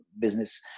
business